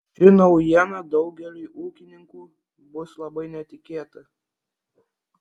ši naujiena daugeliui ūkininkų bus labai netikėta